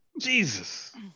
Jesus